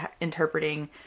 interpreting